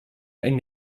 einen